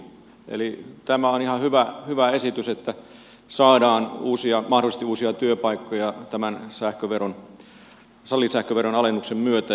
eli tämä on ihan hyvä esitys että saadaan mahdollisesti uusia työpaikkoja tämän salisähköveronalennuksen myötä